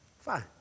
Fine